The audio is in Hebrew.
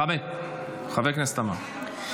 חבר הכנסת עמאר,